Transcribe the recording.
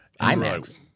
IMAX